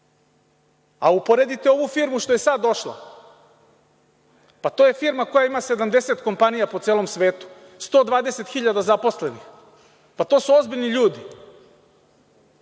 koristi. Uporedite ovu firmu što je sad došla. To je firma koja ima 70 kompanija po celom svetu, 120 hiljada zaposlenih. To su ozbiljni ljudi.